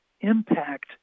impact